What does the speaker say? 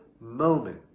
moment